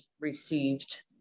received